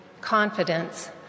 confidence